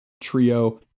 trio